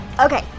Okay